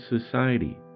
society